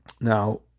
Now